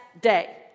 day